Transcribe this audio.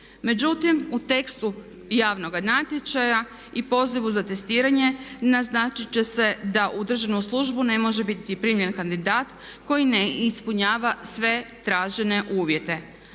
Međutim, u tekstu javnoga natječaja i pozivu za testiranje naznačiti će se da u državnu službu ne može biti primljen kandidat koji ne ispunjava sve tražene uvjete